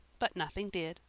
but nothing did.